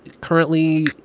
currently